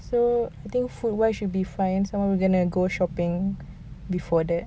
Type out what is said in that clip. so I think food wise should be fine some of us will go shopping before that